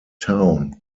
town